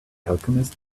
alchemist